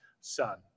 son